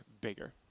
bigger